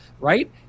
right